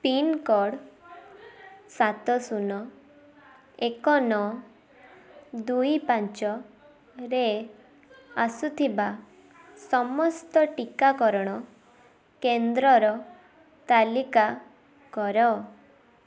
pincode ସାତ ଶୁନ ଏକ ନଅ ଦୁଇ ପାଞ୍ଚରେ ଆସୁଥିବା ସମସ୍ତ ଟିକାକରଣ କେନ୍ଦ୍ରର ତାଲିକା କର